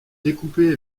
découpé